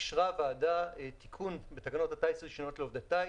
אישרה הוועדה תיקון בתקנות הטיס (רישיונות לעובדי טיס),